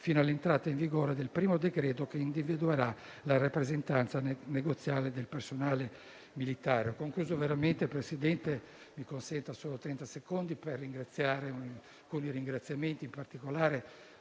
fino all'entrata in vigore del primo decreto che individuerà la rappresentanza negoziale del personale militare.